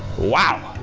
wow!